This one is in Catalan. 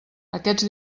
aquests